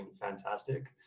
fantastic